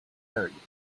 arrogantly